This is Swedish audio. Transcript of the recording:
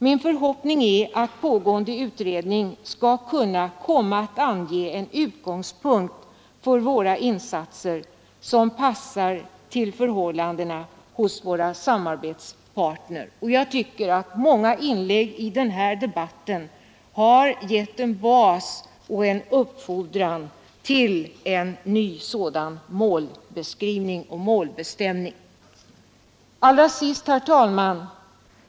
Min förhoppning är att pågående utredning skall komma att ange en utgångspunkt för våra insatser som passar till förhållandena hos våra samarbetspartner. Jag tycker att många inlägg i den här debatten har gett en bas och en uppfordran till en ny sådan målbeskrivning och målbestämning. Allra sist, herr talman!